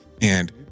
And-